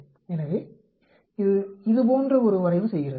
எனவே இது இது போன்ற ஒன்றை வரைவு செய்கிறது